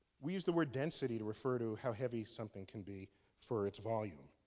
we use the word density to refer to how heavy something can be for its volume,